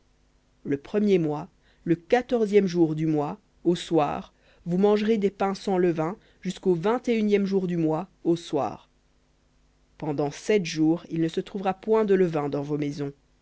le premier mois le quatorzième jour du mois au soir vous mangerez des pains sans levain jusqu'au vingt et unième jour du mois au soir pendant sept jours il ne se trouvera point de levain dans vos maisons